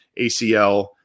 ACL